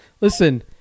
Listen